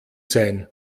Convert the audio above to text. sein